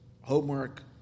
homework